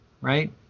right